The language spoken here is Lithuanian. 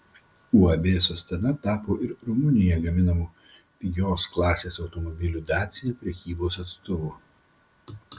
uab sostena tapo ir rumunijoje gaminamų pigios klasės automobilių dacia prekybos atstovu